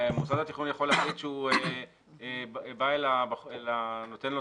מוסד התכנון יכול להחליט שהוא נותן לו